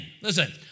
listen